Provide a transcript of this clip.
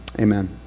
amen